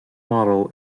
model